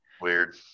weird